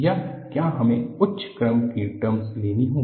या क्या हमें उच्च क्रम की टर्मस लेनी होगी